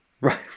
Right